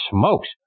smokes